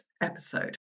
episode